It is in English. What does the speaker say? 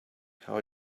how